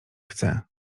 chce